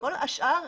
כל השאר,